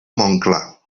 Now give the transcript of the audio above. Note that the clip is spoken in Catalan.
montclar